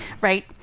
Right